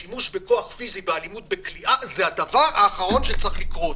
שימוש בכוח פיזי באלימות בכליאה זה הדבר האחרון שצריך לקרות,